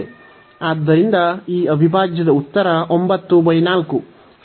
ಆದ್ದರಿಂದ ಈ ಅವಿಭಾಜ್ಯದ ಉತ್ತರ 94